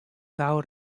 gau